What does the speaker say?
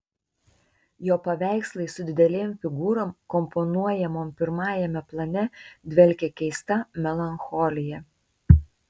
jo paveikslai su didelėm figūrom komponuojamom pirmajame plane dvelkia keista melancholija